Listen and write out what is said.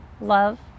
love